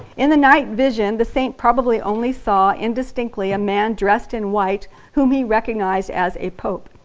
in the night vision, the saint probably only saw indistinctly a man dressed in white whom he recognized as a pope.